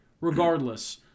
regardless